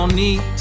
need